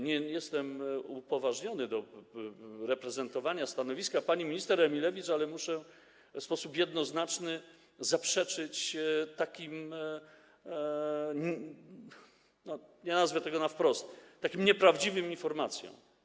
Nie jestem upoważniony do reprezentowania stanowiska pani minister Emilewicz, ale muszę w sposób jednoznaczny zaprzeczyć takim, nie nazwę tego wprost - takim nieprawdziwym informacjom.